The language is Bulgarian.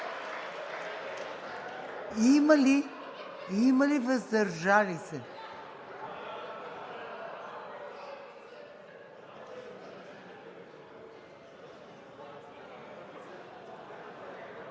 Има ли въздържали се?